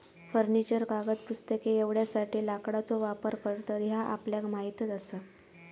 furniture, कागद, पुस्तके एवढ्यासाठी लाकडाचो वापर करतत ह्या आपल्याक माहीतच आसा